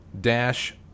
dash